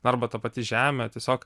arba ta pati žemė tiesiog